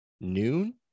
noon